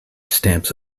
stamps